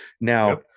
now